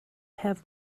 have